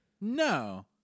no